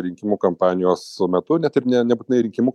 rinkimų kampanijos metu net ir ne nebūtinai rinkimų